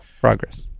progress